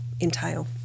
entail